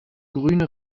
grüne